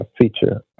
feature